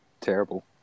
terrible